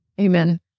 Amen